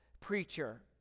preacher